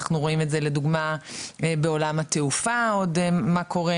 אנחנו רואים את זה לדוגמא בעולם התעופה עוד מה קורה,